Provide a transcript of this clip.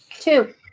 Two